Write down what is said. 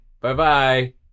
Bye-bye